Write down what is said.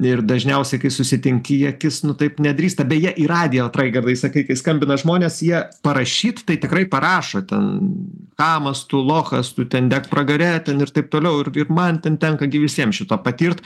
ir dažniausiai kai susitinki į akis nu taip nedrįsta beje į radiją vat raigardai sakai kai skambina žmonės jie parašyt tai tikrai parašo ten chamas tu lochas tu ten dek pragare ten ir taip toliau ir ir man ten tenka gi visiems šito patirt